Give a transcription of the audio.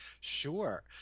Sure